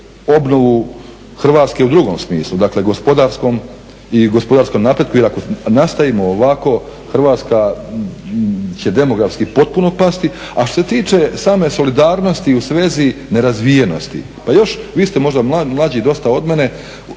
Hrvatske u drugom smislu, dakle gospodarskom i gospodarskom napretku. Jer ako nastavimo ovako Hrvatska će demografski potpuno pasti. A što se tiče same solidarnosti u svezi nerazvijenosti, pa još, vi ste možda mlađi dosta od mene